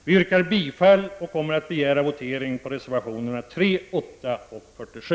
Vi yrkar bifall och kommer att begära votering på reservationerna 3, 8 och 47.